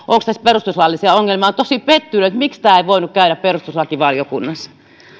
onko tässä perustuslaillisia ongelmia minä olen tosi pettynyt miksi tämä ei voinut käydä perustuslakivaliokunnassa